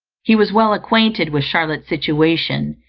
he was well acquainted with charlotte's situation,